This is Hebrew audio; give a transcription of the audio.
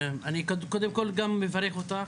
אני קודם כל מברך אותך.